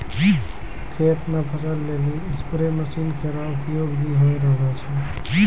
खेत म फसल लेलि स्पेरे मसीन केरो उपयोग भी होय रहलो छै